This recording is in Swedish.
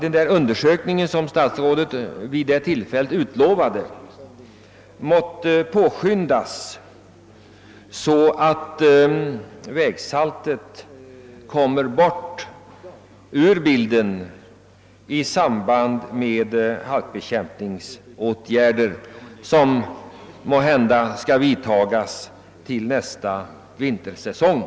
Den undersökning som statsrådet utlovade vid detta tillfälle hoppas jag blir påskyndad, så att vägsaltet kommer ur bilden i samband med de halkbekämpningsåtgärder som måhända vidtas under nästa vintersäsong.